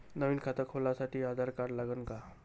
नवीन खात खोलासाठी आधार कार्ड लागन का?